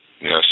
Yes